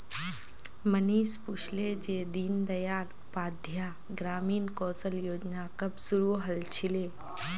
मनीष पूछले जे दीन दयाल उपाध्याय ग्रामीण कौशल योजना कब शुरू हल छिले